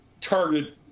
target